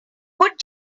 put